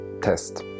test